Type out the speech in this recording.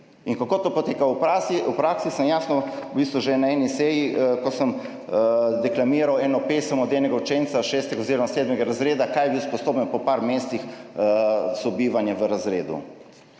In kako to poteka v praksi, sem že jasno povedal na eni seji, ko sem deklamiral pesem nekega učenca šestega oziroma sedmega razreda, česa je bil sposoben po nekaj mesecih sobivanja v razredu.